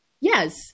Yes